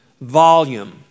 volume